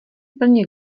plně